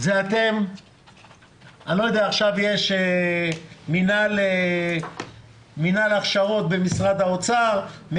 עכשיו יש מנהל הכשרות במשרד האוצר,